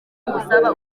ngusaba